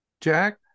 Jack